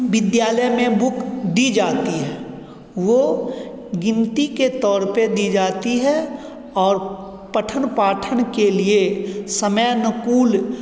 विद्यालय में बुक दी जाती है वो गिनती के तौर पे दी जाती है और पठन पाठन के लिए समय अनुकूल